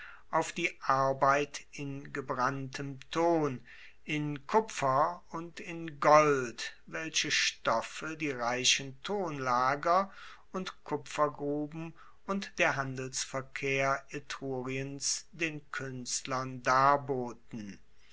auf die arbeit in gebranntem ton in kupfer und in gold welche stoffe die reichen tonlager und kupfergruben und der handelsverkehr etruriens den kuenstlern